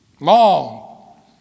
Long